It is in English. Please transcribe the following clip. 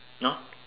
!huh!